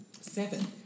Seven